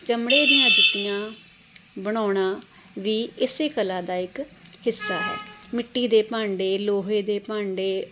ਚਮੜੇ ਦੀਆਂ ਜੁੱਤੀਆਂ ਬਣਾਉਣਾ ਵੀ ਇਸ ਕਲਾ ਦਾ ਇੱਕ ਹਿੱਸਾ ਹੈ ਮਿੱਟੀ ਦੇ ਭਾਂਡੇ ਲੋਹੇ ਦੇ ਭਾਂਡੇ